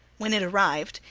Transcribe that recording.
when it arrived,